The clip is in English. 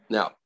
Now